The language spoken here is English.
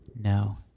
No